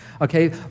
Okay